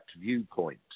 viewpoint